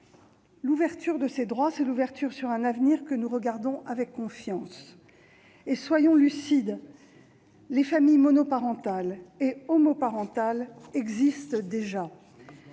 L'ouverture de ces droits, c'est l'ouverture sur un avenir que nous regardons avec confiance. Soyons lucides : les familles monoparentales et homoparentales existent déjà